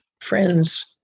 friends